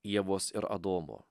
ievos ir adomo